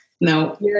No